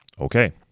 Okay